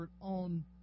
on